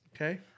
Okay